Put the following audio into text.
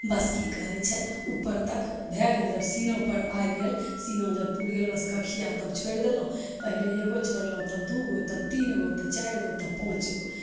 बस कि कहै छै उपर तक भै गेलै जब सीनापर आइ गेल सीना जब पुरि गेल बस कँखिआ तब छोड़ि देलहुँ पहिले एगो छोड़लहुँ तब दुइगो तब तीनगो तऽ चारिगो तऽ पाँचगो